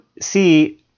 see